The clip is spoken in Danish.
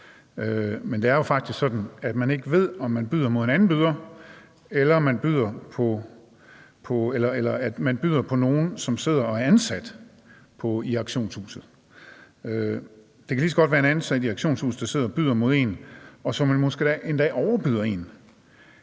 men det er jo faktisk sådan, at man ikke ved, om man byder mod en anden byder, eller om man byder mod nogen, som sidder og er ansat i auktionshuset. Det kan lige så godt være en ansat i auktionshuset, der sidder og byder mod en, og som måske endda overbyder en.